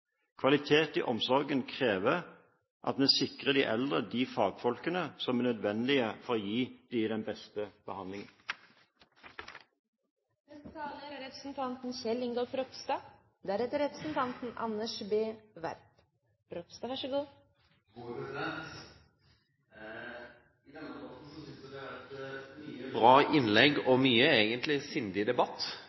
Kvalitet i omsorgen krever at vi sikrer de eldre de fagfolkene som er nødvendige for å gi dem den beste behandlingen. I denne debatten synes jeg det har vært mange bra innlegg, og mye sindig debatt. Derfor ber jeg om at mitt innlegg blir trodd på at det oppriktig skal være konstruktivt og